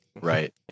Right